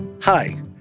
Hi